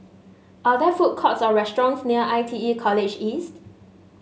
are there food courts or restaurants near I T E College East